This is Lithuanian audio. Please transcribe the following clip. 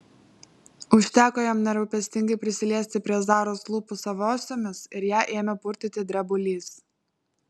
užteko jam nerūpestingai prisiliesti prie zaros lūpų savosiomis ir ją ėmė purtyti drebulys